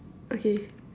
okay